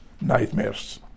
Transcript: nightmares